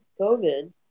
COVID